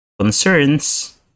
concerns